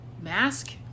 mask